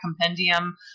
compendium